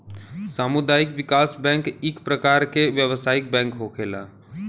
सामुदायिक विकास बैंक इक परकार के व्यवसायिक बैंक होखेला